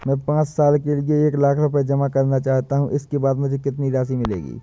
मैं पाँच साल के लिए एक लाख रूपए जमा करना चाहता हूँ इसके बाद मुझे कितनी राशि मिलेगी?